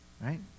right